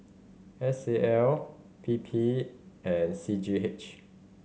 S A L P P and C G H